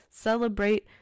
Celebrate